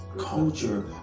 Culture